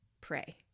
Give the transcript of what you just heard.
Pray